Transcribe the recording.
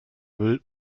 müll